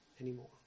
anymore